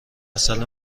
عسل